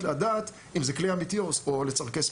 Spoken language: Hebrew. לדעת אם זה כלי אמיתי או לצורכי ספורט.